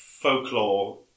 Folklore